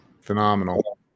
phenomenal